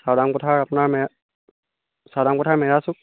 চাওদাং পথাৰ আপোনাৰ মেৰ চাওদাং পথাৰ মেৰাচুক